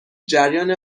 جریان